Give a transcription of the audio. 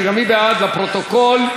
שגם היא בעד, לפרוטוקול.